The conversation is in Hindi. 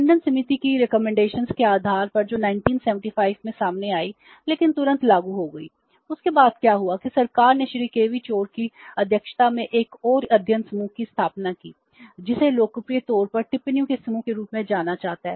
टंडन समिति की सिफारिश के आधार पर जो 1975 में सामने आई लेकिन तुरंत लागू हो गई उसके बाद क्या हुआ कि सरकार ने श्री केवी चोर की अध्यक्षता में एक और अध्ययन समूह की स्थापना की जिसे लोकप्रिय तौर पर टिप्पणियों के समूह के रूप में जाना जाता है